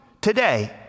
today